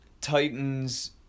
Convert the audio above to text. Titans